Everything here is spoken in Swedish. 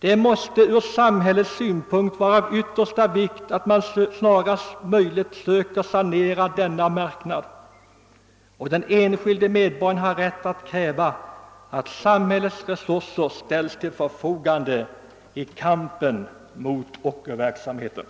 Det måste från samhällets synpunkt vara av yttersta vikt att snarast möjligt sanera denna marknad, och den enskilde medborgaren har rätt att kräva att samhällets resurser ställs till förfogande i kampen mot ockerverksamheten.